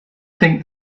think